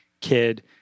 kid